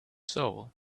soul